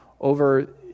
over